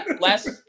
last